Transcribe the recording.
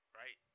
right